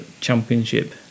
championship